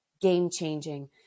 game-changing